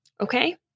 Okay